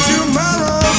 Tomorrow